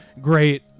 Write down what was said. great